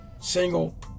single